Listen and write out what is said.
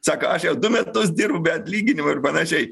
sako aš jau du metus dirbu be atlyginimo ir panašiai